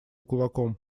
кулаком